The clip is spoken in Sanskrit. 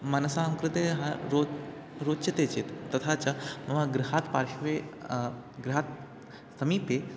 मनसः कृते हा रोचते रोचते चेत् तथा च मम गृहस्य पार्श्वे गृहस्य समीपे